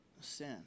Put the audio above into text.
sin